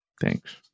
Thanks